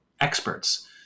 experts